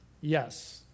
Yes